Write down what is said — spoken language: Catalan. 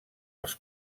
els